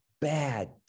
bad